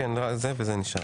המלצת